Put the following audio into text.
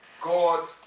God